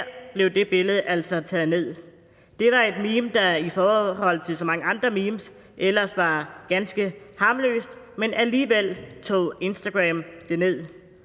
her blev det billede altså taget ned. Det var et meme, der i forhold til så mange andre memes ellers var ganske harmløst, men alligevel tog Instagram det ned.